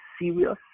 serious